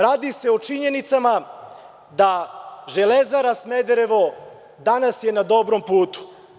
Radi se o činjenicama da „Železara Smederevo“ danas je na dobrom putu.